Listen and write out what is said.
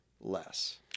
less